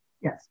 Yes